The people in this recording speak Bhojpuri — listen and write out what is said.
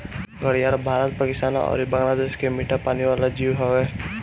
घड़ियाल भारत, पाकिस्तान अउरी बांग्लादेश के मीठा पानी वाला जीव हवे